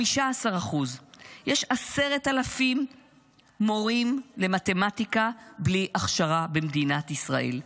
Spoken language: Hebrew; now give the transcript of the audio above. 15%. יש 10,000 מורים למתמטיקה בלי הכשרה במדינת ישראל.